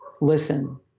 Listen